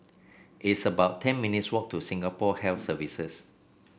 it's about ten minutes' walk to Singapore Health Services